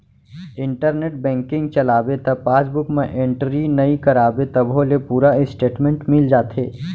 internet banking चलाबे त passbook म एंटरी नइ कराबे तभो ले पूरा इस्टेटमेंट मिल जाथे